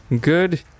Good